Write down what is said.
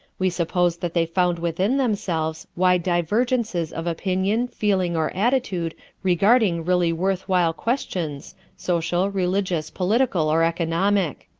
we suppose that they found within themselves wide divergences of opinion, feeling or attitude regarding really worth while questions social, religious, political or economic.